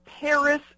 Paris